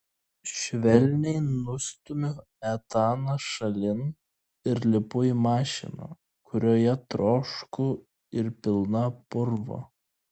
švelniai nustumiu etaną šalin ir lipu į mašiną kurioje trošku ir pilna purvo